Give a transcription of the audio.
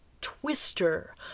twister